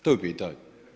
To je u pitanju.